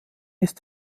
ist